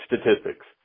statistics